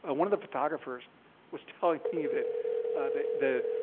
ah one of the photographers was telling me that the the